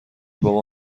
بابا